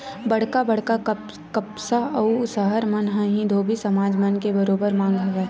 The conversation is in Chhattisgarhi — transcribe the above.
बड़का बड़का कस्बा अउ सहर मन म ही धोबी समाज मन के बरोबर मांग हवय